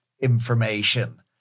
information